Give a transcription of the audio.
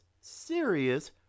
serious